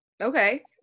okay